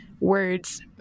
words